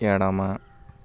ఎడమ